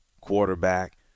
quarterback